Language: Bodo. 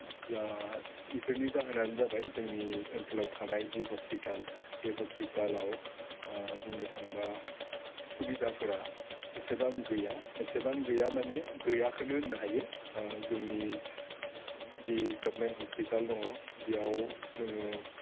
जा बेफोरनि जाहोनानो जाबाय जोंनि ओनसोलाव थानाय जि हस्पिताल बि हस्पितालाव बुंनो थांबा सुबिदाफोरा एसेबां गैया एसेबां गैया मानि गैयाखोनो होननो हायो जोंनि जि गभमेन्ट हस्पिताल दङ बेयाव जोङो